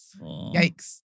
Yikes